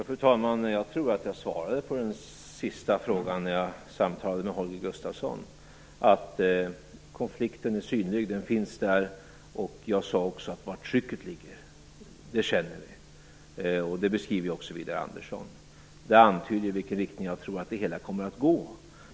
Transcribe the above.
Fru talman! Jag tror att jag svarade på den sista frågan när jag samtalade med Holger Gustafsson. Jag sade att konflikten är synlig, att den finns där, och jag sade också att vi känner var trycket ligger. Det beskriver ju även Widar Andersson. Det här antyder i vilken riktning jag tror att det hela kommer att gå.